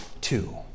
Two